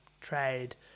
trade